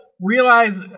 realize